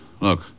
Look